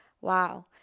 wow